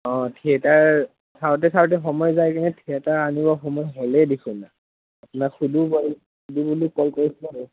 অঁ থিয়েটাৰ চাওঁতে চাওঁতে সময় যায়গৈ থিয়েটাৰ আনিব সময় হ'লেই দেখোন আপোনাক সুধোঁ সুধোঁ বুলি কল কৰিছোঁ আৰু